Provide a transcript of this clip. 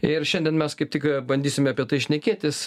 ir šiandien mes kaip tik bandysime apie tai šnekėtis